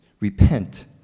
repent